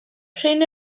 prin